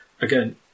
again